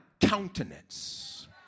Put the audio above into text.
countenance